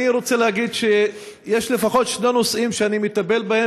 אני רוצה להגיד שיש לפחות שני נושאים שאני מטפל בהם